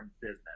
business